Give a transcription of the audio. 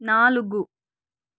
నాలుగు